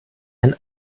ein